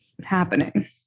happening